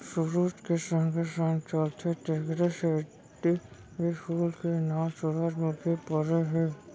सुरूज के संगे संग चलथे तेकरे सेती ए फूल के नांव सुरूजमुखी परे हे